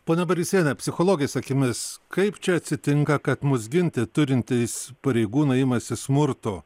ponia barisiene psichologės akimis kaip čia atsitinka kad mus ginti turintys pareigūnai imasi smurto